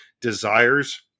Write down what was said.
desires